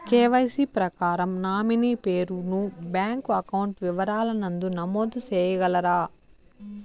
KYC ప్రకారం nominee పేరు ను బ్యాంకు అకౌంట్ వివరాల నందు నమోదు సేయగలరా?